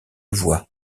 voix